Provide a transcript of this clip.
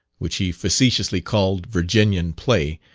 which he facetiously called virginian play,